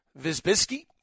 Visbisky